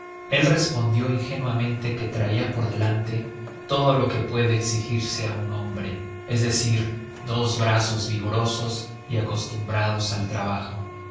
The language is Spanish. él respondió ingenuamente que traía por delante todo lo que puede exigirse a un hombre es decir dos brazos vigorosos y acostumbrados al trabajo